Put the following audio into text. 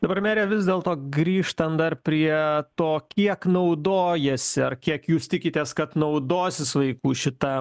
dabar mere vis dėl to grįžtant dar prie to kiek naudojasi ar kiek jūs tikitės kad naudosis vaikų šita